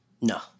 No